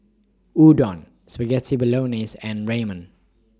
Udon Spaghetti Bolognese and Ramen